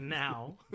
now